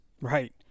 Right